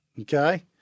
Okay